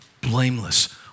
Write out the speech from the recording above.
blameless